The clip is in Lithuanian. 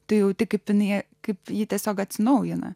tu jauti kaip jinai kaip ji tiesiog atsinaujina